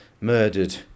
murdered